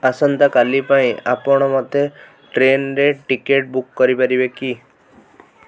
ଆସନ୍ତାକାଲି ପାଇଁ ଆପଣ ମୋତେ ଟ୍ରେନରେ ଟିକେଟ୍ ବୁକ୍ କରିପାରିବେ କି